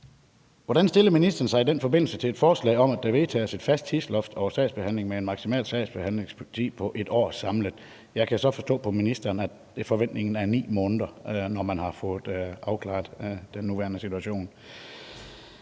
Hvordan stiller ministeren sig i den forbindelse til et forslag om, at der vedtages et fast tidsloft over sagsbehandlingen med en maksimal sagsbehandlingstid på 1 år samlet? Jeg kan så forstå på ministeren, at forventningen er 9 måneder, når man har fået afklaret den nuværende situation.